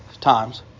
times